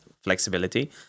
flexibility